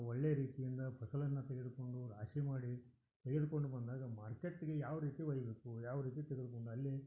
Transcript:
ಒಳ್ಳೆಯ ರೀತಿಯಿಂದ ಫಸಲನ್ನು ತೆಗೆದುಕೊಂಡು ರಾಶಿ ಮಾಡಿ ತೆಗೆದುಕೊಂಡು ಬಂದಾಗ ಮಾರ್ಕೆಟ್ಗೆ ಯಾವ ರೀತಿ ಒಯ್ಯಬೇಕು ಯಾವ ರೀತಿ ತೆಗೆದ್ಕೊಂಡು ಅಲ್ಲಿ